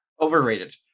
Overrated